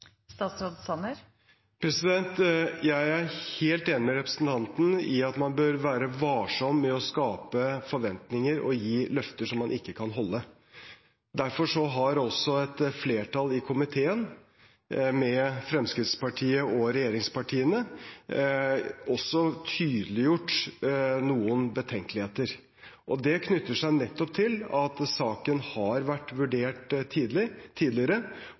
Jeg er helt enig med representanten i at man bør være varsom med å skape forventninger og gi løfter man ikke kan holde. Derfor har et flertall i komiteen, Fremskrittspartiet og regjeringspartiene, også tydeliggjort noen betenkeligheter. Det knytter seg nettopp til at saken har vært vurdert tidligere